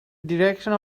direction